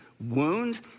wound